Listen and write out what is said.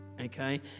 Okay